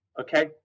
okay